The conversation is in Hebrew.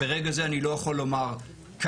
ברגע זה אני לא יכול לומר כמה,